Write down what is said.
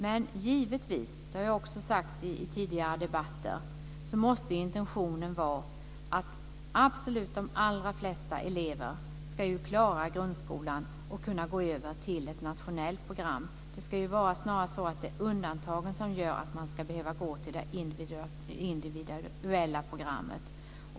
Men givetvis - det har jag också sagt i tidigare debatter, måste intentionen vara att de allra flesta elever ska klara grundskolan och kunna gå över till ett nationellt program. Det ska ju snarast vara undantag att man ska behöva gå till det individuella programmet.